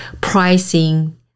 pricing